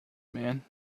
man